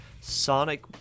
Sonic